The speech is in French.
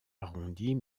arrondies